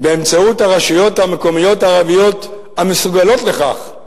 באמצעות הרשויות המקומיות הערביות המסוגלות לכך,